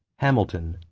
hamilton,